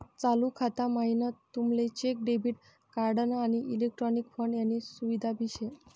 चालू खाता म्हाईन तुमले चेक, डेबिट कार्ड, आणि इलेक्ट्रॉनिक फंड यानी सुविधा भी शे